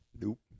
Nope